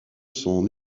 son